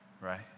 right